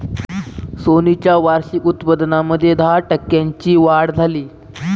Sony च्या वार्षिक उत्पन्नामध्ये दहा टक्क्यांची वाढ झाली